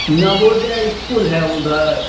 Navodaya school है उधर